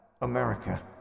America